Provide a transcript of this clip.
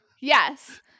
Yes